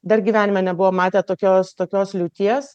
dar gyvenime nebuvom matę tokios tokios liūties